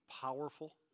powerful